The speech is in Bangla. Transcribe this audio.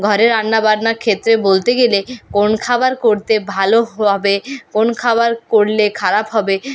ঘরের রান্নাবান্নার ক্ষেত্রে বলতে গেলে কোন খাবার করতে ভালো হবে কোন খাবার করলে খারাপ হবে